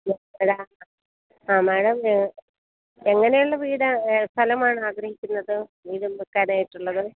madam എങ്ങനെയുള്ള വീട് സ്ഥലമാണ് ആഗ്രഹിക്കുന്നത് വീട് വെയ്ക്കാനായിട്ടുള്ളത്